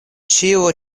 ĉio